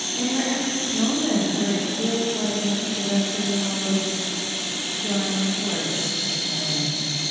and we're at this moment where it feels like much of the rest of the world is drawing towards sectarianism.